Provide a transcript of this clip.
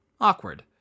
awkward